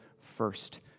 first